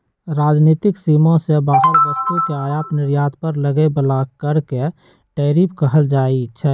राजनीतिक सीमा से बाहर वस्तु के आयात निर्यात पर लगे बला कर के टैरिफ कहल जाइ छइ